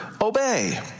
obey